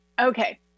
Okay